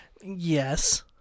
Yes